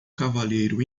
cavalheiro